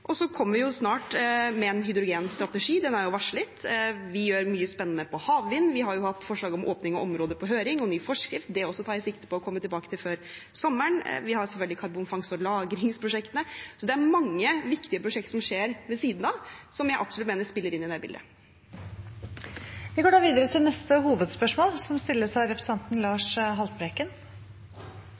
Og så kommer vi snart med en hydrogenstrategi; den er varslet. Vi gjør mye spennende på havvind: Vi har jo hatt forslag om åpning av områder på høring, og ny forskrift. Også det tar jeg sikte på å komme tilbake til før sommeren. Vi har selvfølgelig karbonfangst og - lagringsprosjektene. Så det er mange viktige prosjekter som skjer ved siden av, som jeg absolutt mener spiller inn i det bildet. Vi går da videre til neste hovedspørsmål.